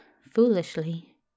foolishly